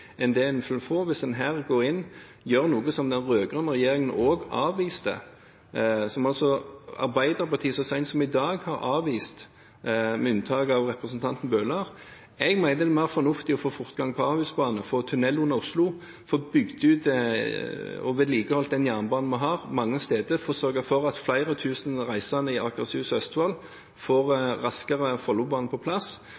enn det man får hvis man går inn og gjør noe som den rød-grønne regjeringen også avviste, som altså Arbeiderpartiet så sent som i dag har avvist – med unntak av representanten Bøhler. Jeg mener det er mer fornuftig å få fortgang i Ahusbanen, få tunnel under Oslo, få bygd ut og vedlikeholdt den jernbanen vi har mange steder, og sørge for at flere tusen reisende i Akershus og Østfold får Follobanen raskere på plass.